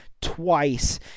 twice